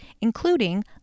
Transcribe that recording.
including